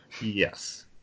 Yes